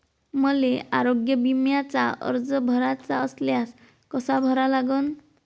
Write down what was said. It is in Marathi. मले आरोग्य बिम्याचा अर्ज भराचा असल्यास कसा भरा लागन?